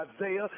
Isaiah